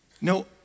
No